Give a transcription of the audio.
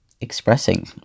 expressing